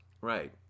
Right